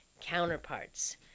counterparts